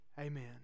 Amen